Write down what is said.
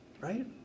right